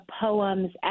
poems